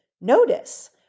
notice